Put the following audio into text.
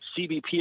CBP